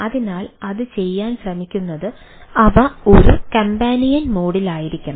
അതിനാൽ അത് ചെയ്യാൻ ശ്രമിക്കുന്നത് അവ ഒരു കമ്പാനിയൻ മോഡിലായിരിക്കണം